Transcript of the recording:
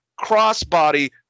crossbody